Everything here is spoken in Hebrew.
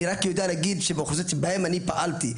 אני רק יודע להגיד שבאוכלוסיות שבהן אני פעלתי,